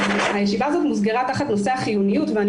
הישיבה הזאת מוסגרה תחת נושא החיוניות ואני